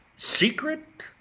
secret,